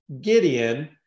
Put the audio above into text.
Gideon